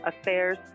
Affairs